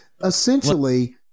essentially